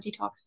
detox